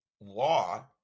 law